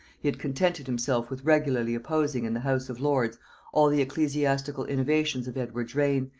he had contented himself with regularly opposing in the house of lords all the ecclesiastical innovations of edward's reign,